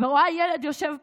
ורואה ילד יושב בצד,